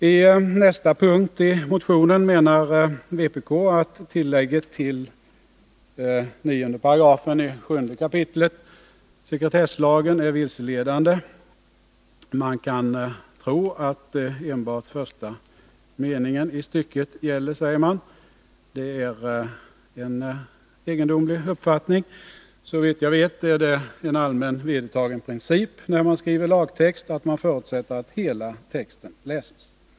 I följande punkt i motionen menar vpk att tillägget till 7 kap. 9 § sekretesslagen är vilseledande. Man kan tro att enbart första meningen i stycket gäller, säger motionärerna. Det är en egendomlig uppfattning. Såvitt jag vet är det en allmänt vedertagen princip, när man skriver lagtext, att man förutsätter att hela texten läses.